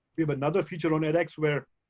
we have another feature on edx where